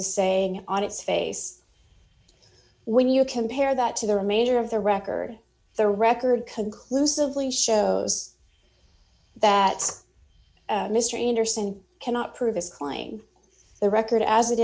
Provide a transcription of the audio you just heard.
is saying on its face when you compare that to the remainder of the record the record conclusively shows that mr anderson cannot prove his claim the record as it